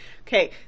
Okay